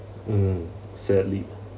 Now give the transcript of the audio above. mm sadly